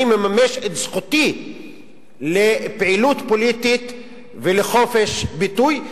אני מממש את זכותי לפעילות פוליטית ולחופש ביטוי,